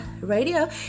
radio